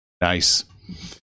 Nice